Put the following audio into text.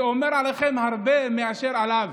זה אומר עליכם הרבה יותר מאשר עליו.